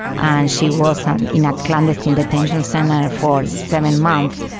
and she was ah and in a clandestine detention centre for seven months,